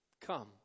Come